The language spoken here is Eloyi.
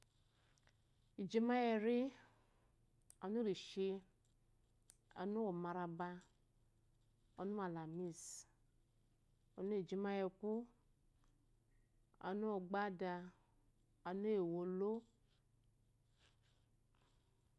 Ijima yeri ɔnurishi ɔmuwomaraba ɔnuwalamis ɔniuwijime yeku ɔnuwa gbade ɔnuwewolo